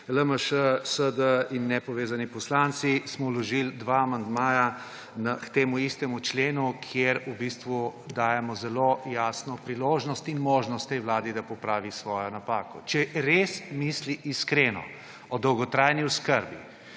LMŠ, SD in Nepovezani poslanci smo vložili dva amandmaja k temu istemu členu, kjer v bistvu dajemo zelo jasno priložnost in možnost tej vladi, da popravi svojo napako, če res misli iskreno o dolgotrajni oskrb,